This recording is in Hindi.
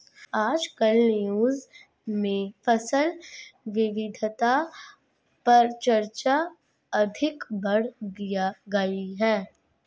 आजकल न्यूज़ में फसल विविधता पर चर्चा अधिक बढ़ गयी है